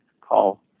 call